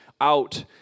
out